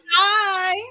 Hi